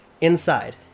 inside